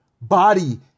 body